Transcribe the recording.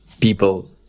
people